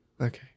Okay